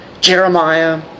Jeremiah